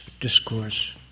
discourse